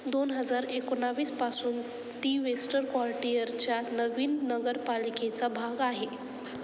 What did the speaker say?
दोन हजार एकोणवीसपासून ती वेस्टन क्वार्टियरच्या नवीन नगरपालिकेचा भाग आहे